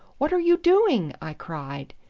what are you doing? i cried.